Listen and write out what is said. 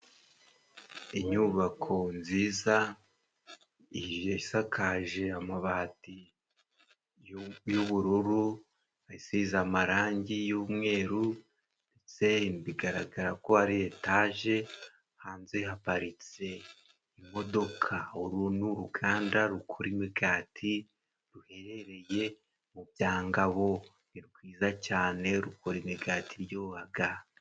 Inyubako nziza isakaje amabati y'ubururu, isize amarangi y'umweru ndetse bigaragara ko ari etaje. Hanze haparitse imodoka. Uru ni uruganda rukora imigati ruherereye mu Byagabo. Ni rwiza cyane rukora imigati iryohaga.